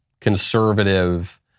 conservative